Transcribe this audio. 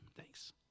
thanks